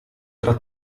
tra